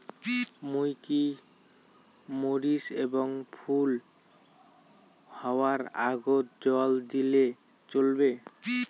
মুই কি মরিচ এর ফুল হাওয়ার আগত জল দিলে চলবে?